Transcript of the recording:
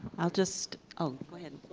i'll just oh,